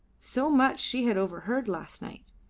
so much she had overheard last night.